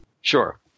Sure